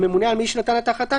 הממונה על מי שנתן את ההחלטה,